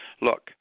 look